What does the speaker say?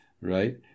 right